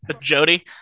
Jody